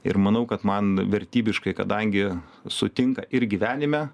ir manau kad man vertybiškai kadangi sutinka ir gyvenime